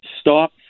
stop